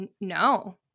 no